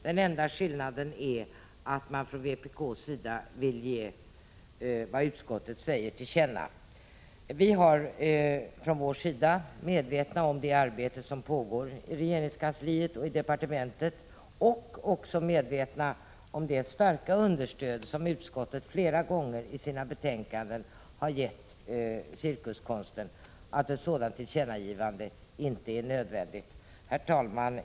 Den enda skillnaden är att man från vpk:s sida vill att riksdagen skall ge regeringen till känna vad utskottet har uttalat. Vi är från vår sida medvetna om det arbete som pågår i regeringskansliet och i departementet och om det starka stöd som utskottet flera gånger i sina betänkanden har gett cirkuskonsten. Vi anser därför att ett sådant tillkännagivande inte är nödvändigt. Herr talman!